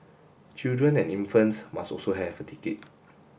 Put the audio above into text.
children and infants must also have a ticket